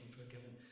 forgiven